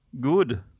good